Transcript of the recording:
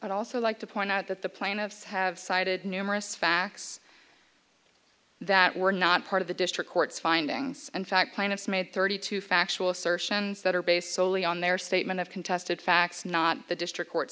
i'd also like to point out that the plaintiffs have cited numerous facts that were not part of the district court's findings in fact plaintiffs made thirty two factual assertions that are based soley on their statement of contested facts not the district court